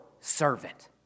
servant